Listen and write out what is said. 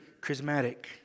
charismatic